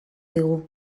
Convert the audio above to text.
digu